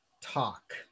talk